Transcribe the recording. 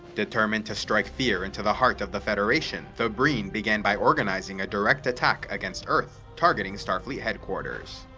determined to strike fear into the heart of the federation, the breen began by organizing a direct attack against earth, targeting starfleet headquarters.